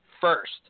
first